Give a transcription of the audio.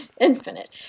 infinite